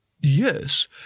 Yes